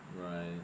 Right